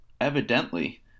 Evidently